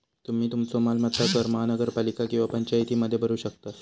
तुम्ही तुमचो मालमत्ता कर महानगरपालिका किंवा पंचायतीमध्ये भरू शकतास